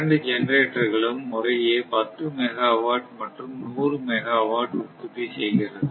இரண்டு ஜெனரேட்டர்களும் முறையே 10 மெகாவாட் மற்றும் 100 மெகாவாட் உற்பத்தி செய்கிறது